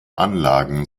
anlagen